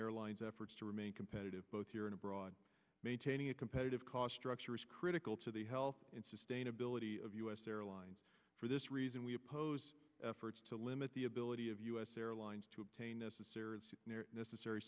airline's efforts to remain competitive both here and abroad maintaining a competitive cost structure is critical to the health and sustainability of u s airlines for this reason we oppose efforts to limit the ability of u s airlines to obtain necessary and necessary